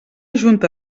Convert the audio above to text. junta